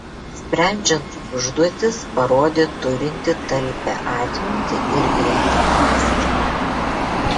sprendžiant užduotis parodė turinti talpią atmintį ir greitą mąstymą